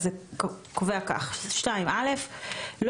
הגבלות על שהייה במתחם מירון בזמן ההילולה